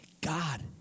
God